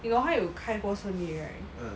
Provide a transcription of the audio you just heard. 你懂他有开过生意 right